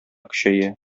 көчәя